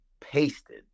pasted